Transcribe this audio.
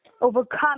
overcome